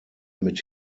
mit